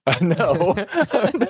No